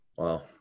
Wow